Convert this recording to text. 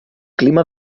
clima